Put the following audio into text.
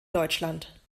deutschland